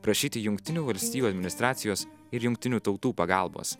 prašyti jungtinių valstijų administracijos ir jungtinių tautų pagalbos